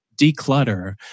declutter